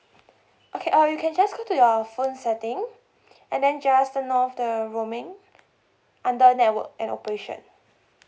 okay uh you can just go to your phone setting and then just turn off the roaming under network and operation